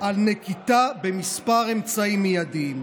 על נקיטת כמה צעדים מיידיים.